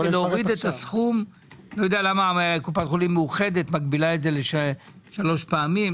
לא יודע למה קופת חולים מאוחדת מגבילה את זה לשלוש פעמים.